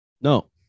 No